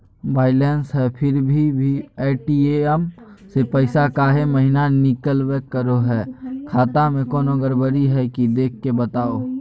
Balance है फिर भी भी ए.टी.एम से पैसा काहे महिना निकलब करो है, खाता में कोनो गड़बड़ी है की देख के बताहों?